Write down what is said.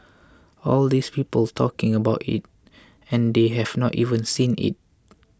all these people talking about it and they have not even seen it